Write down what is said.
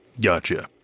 Gotcha